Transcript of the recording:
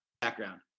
Background